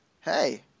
Hey